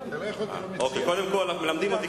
קודם כול מלמדים אותי,